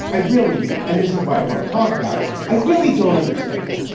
i really. and this is what i want to talk about. i really don't understand.